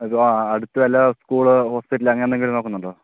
ഇപ്പോൾ അടുത്തു വല്ല സ്കൂളോ ഹോസ്പിറ്റലോ അങ്ങനെന്തെങ്കിലും നോക്കുന്നുണ്ടോ